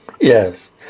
Yes